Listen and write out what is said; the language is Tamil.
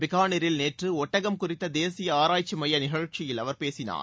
பிக்காளீரில் நேற்று ஒட்டகம் குறித்த தேசிய ஆராய்ச்சி மைய நிகழ்ச்சியில் அவர் பேசினார்